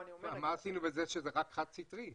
מה עשינו בזה שזה רק חד סטרי?